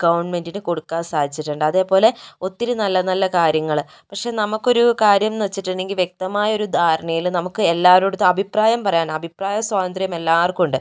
ഗവൺമെൻറ്റിന് കൊടുക്കാൻ സാധിച്ചിട്ട് ഇണ്ട് അതേപോലെ ഒത്തിരി നല്ല നല്ല കാര്യങ്ങള് പക്ഷെ നമുക്ക് ഒരു കാര്യം എന്ന് വെച്ചിട്ടെണ്ടെങ്കിൽ വ്യക്തമായൊരു ധാരണയില് നമുക്ക് എല്ലാവരുടടുത്തും അഭിപ്രായം പറയാൻ അഭിപ്രായ സ്വാതന്ത്ര്യം എല്ലാവർക്കും ഉണ്ട്